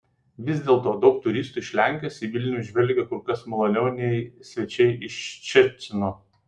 vis dėlto daug turistų iš lenkijos į vilnių žvelgia kur kas maloniau nei svečiai iš ščecino